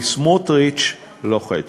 כי סמוטריץ לוחץ.